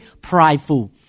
prideful